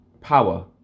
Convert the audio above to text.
Power